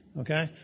okay